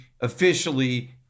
officially